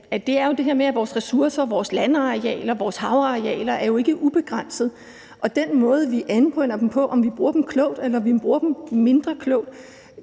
om, er det her med, at vores ressourcer, vores landarealer, vores havarealer jo ikke er ubegrænsede, og at den måde, vi anvender dem på – om vi bruger dem klogt eller vi bruger